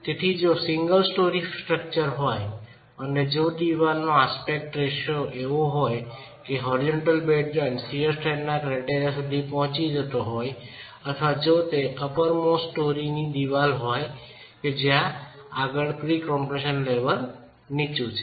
તેથી જો single storey structure હોય અને જો દિવાલનો અસપેક્ટ રેશિયો એવો હોય કે હોરીજોંનટલ બેડ જોઈન્ટ શિઅર સ્ટ્રેન્થના ક્રાયટેરિયા સુધી પહોંચી જતો હોય અથવા જો તે અપર મોસ્ટ સ્ટોરેની દિવાલ હોય કે જ્યાં આગળ પ્રી કોમ્પરેસન લેવલ નીચુ છે